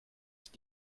ist